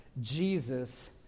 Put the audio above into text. Jesus